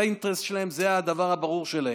זה האינטרס שלהם, זה הדבר הברור שלהם.